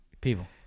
People